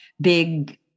big